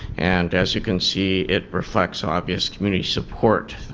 and as you can see, it reflects obvious community support.